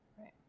Right